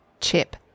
Chip